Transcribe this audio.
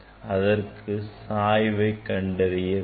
அதற்கு சாய்வை கண்டறிய வேண்டும்